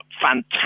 fantastic